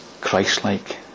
Christ-like